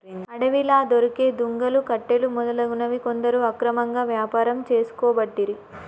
అడవిలా దొరికే దుంగలు, కట్టెలు మొదలగునవి కొందరు అక్రమంగా వ్యాపారం చేసుకోబట్టిరి